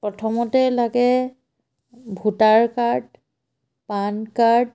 প্ৰথমতে লাগে voter card PAN card